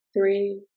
three